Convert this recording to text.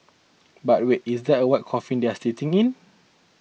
but wait is that a white coffin they are sitting in